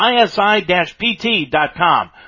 isi-pt.com